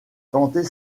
tenter